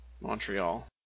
Montreal